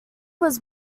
was